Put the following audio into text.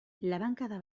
labankada